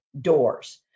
doors